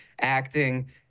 acting